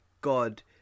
God